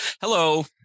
hello